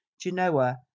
Genoa